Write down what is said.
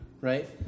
right